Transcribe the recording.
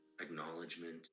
acknowledgement